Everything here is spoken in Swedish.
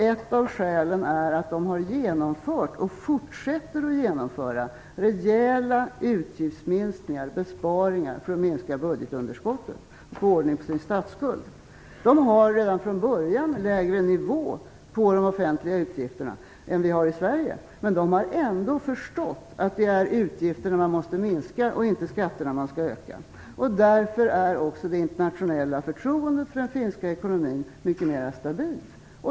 Ett av skälen är att de har genomfört och fortsätter att genomföra rejäla utgiftsminskningar och besparingar för att minska budgetunderskottet och få ordning på sin statsskuld. De har redan från början lägre nivå på de offentliga utgifterna än vad vi har i Sverige, men de har ändå förstått att det är utgifterna man måste minska och inte skatterna man skall öka. Därför är också det internationella förtroendet för den finska ekonomin mycket mera stabilt.